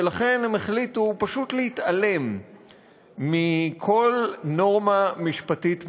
ולכן הם החליטו פשוט להתעלם מכל נורמה משפטית מקובלת.